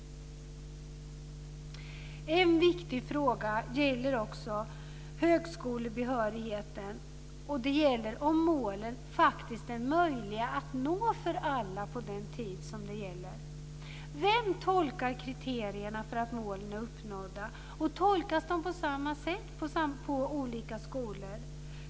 En viktig fråga som också gäller högskolebehörigheten är om målen faktiskt är möjliga att nå för alla på den tid som gäller. Vem tolkar kriterierna för att målen är uppnådda och tolkas de på samma sätt på olika skolor?